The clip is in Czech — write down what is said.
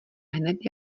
hned